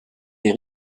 des